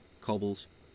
cobbles